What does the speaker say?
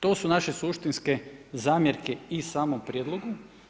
To su naše suštinske zamjerke i samom prijedlogu.